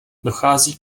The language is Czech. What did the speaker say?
dochází